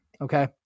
okay